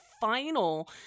final